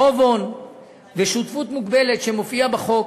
חוב הון ושותפות מוגבלת שמופיעים בחוק,